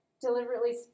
deliberately